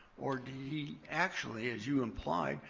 or did he actually, as you implied,